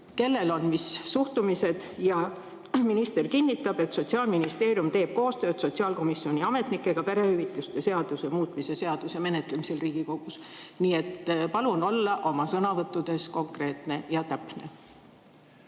kellel on mis suhtumised. Minister kinnitab, et Sotsiaalministeerium teeb koostööd sotsiaalkomisjoni ametnikega perehüvitiste seaduse muutmise seaduse menetlemisel Riigikogus. Nii et palun olla oma sõnavõttudes konkreetne ja täpne.